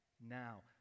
now